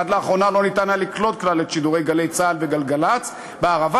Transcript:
עד לאחרונה לא ניתן היה לקלוט כלל את שידורי "גלי צה"ל" וגלגלצ בערבה,